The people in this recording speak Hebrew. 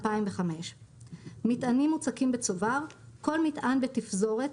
2005; "מטענים מוצקים בצובר" כל מטען בתפזורת,